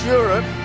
Europe